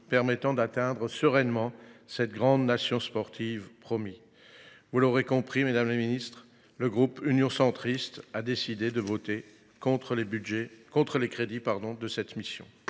devant nous pour créer cette grande nation sportive promise. Vous l’aurez compris, mesdames les ministres, le groupe Union Centriste a décidé de voter contre les crédits de cette mission.